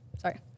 sorry